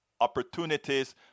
opportunities